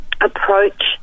approach